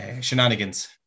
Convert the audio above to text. shenanigans